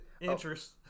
Interest